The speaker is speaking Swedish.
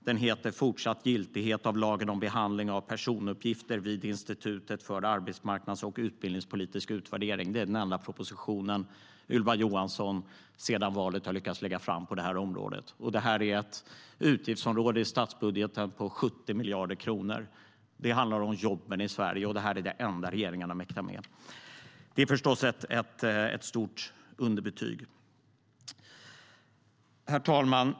Den heter Fortsatt giltighet av lagen om behandling av personuppgifter vid Institutet för arbetsmarknads och utbildningspolitisk utvärdering . Det är den enda propositionen Ylva Johansson har lyckats lägga fram sedan valet på detta område. Det är ett utgiftsområde i statsbudgeten på 70 miljarder kronor. Det handlar om jobben i Sverige, och detta är den enda regeringen har mäktat med. Det är förstås ett stort underbetyg. Herr talman!